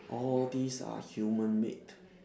all these are human made